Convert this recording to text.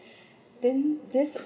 then